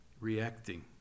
reacting